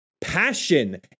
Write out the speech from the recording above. Passion